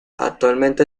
actualmente